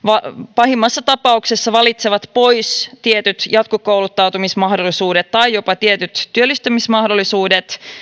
pahimmassa tapauksessa valitsevat pois tietyt jatkokouluttautumismahdollisuudet tai jopa tietyt työllistymismahdollisuudet